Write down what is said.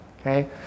Okay